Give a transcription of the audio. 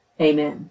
Amen